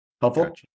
Helpful